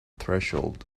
threshold